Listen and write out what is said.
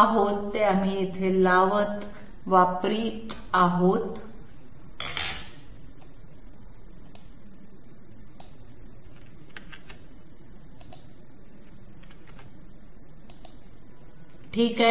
आहोत ते आम्ही येथे लावत वापरी आहोत ठीक आहे